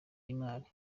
y’imari